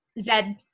Zed